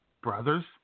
brothers